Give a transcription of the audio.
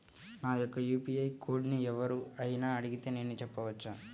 నా యొక్క యూ.పీ.ఐ కోడ్ని ఎవరు అయినా అడిగితే నేను చెప్పవచ్చా?